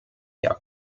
herr